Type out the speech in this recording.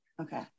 Okay